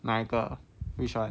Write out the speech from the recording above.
那个 which [one]